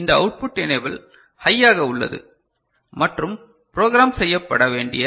இந்த output enable ஹையாக உள்ளது மற்றும் ப்ரோக்ராம் செய்யப்பட வேண்டிய